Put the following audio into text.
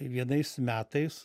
vienais metais